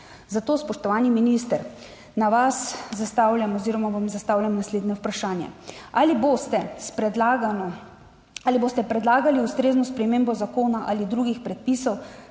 Zato, spoštovani minister, vam zastavljam naslednje vprašanje: Ali boste predlagali ustrezno spremembo zakona ali drugih predpisov,